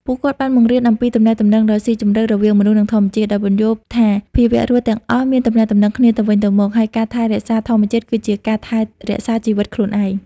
ពួកគាត់បានបង្រៀនអំពីទំនាក់ទំនងដ៏ស៊ីជម្រៅរវាងមនុស្ស និងធម្មជាតិ ដោយពន្យល់ថាភាវៈរស់ទាំងអស់មានទំនាក់ទំនងគ្នាទៅវិញទៅមក ហើយការថែរក្សាធម្មជាតិគឺជាការថែរក្សាជីវិតខ្លួនឯង។